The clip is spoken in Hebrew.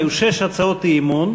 היו שש הצעות אי-אמון,